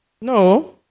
No